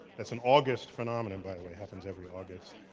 that's an august phenomenon, by the way, happens every august.